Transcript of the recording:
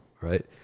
right